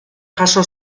jaso